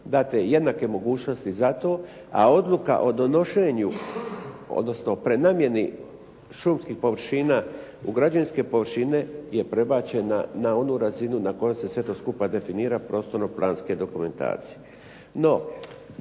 date jednake mogućnosti zato, a odluka o donošenju odnosno o prenamjeni šumskih površina u građevinske površine je prebačena na onu razinu na kojoj se sve to skupa definira prostorno-planske dokumentacije.